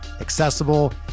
accessible